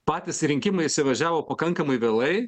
patys rinkimai įsivažiavo pakankamai vėlai